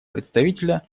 представителя